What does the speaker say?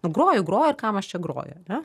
groju groju ir kam aš čia groju ane